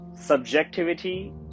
subjectivity